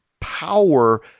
power